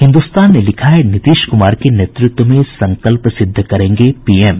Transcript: हिन्दुस्तान ने लिखा है नीतीश कुमार के नेतृत्व में संकल्प सिद्ध करेंगे पीएम